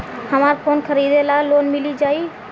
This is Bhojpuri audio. हमरा फोन खरीदे ला लोन मिल जायी?